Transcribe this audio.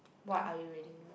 what are you reading now